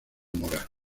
mora